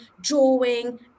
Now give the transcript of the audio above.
drawing